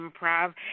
Improv